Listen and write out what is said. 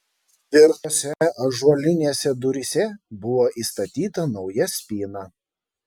tvirtose ąžuolinėse duryse buvo įstatyta nauja spyna